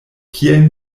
kiel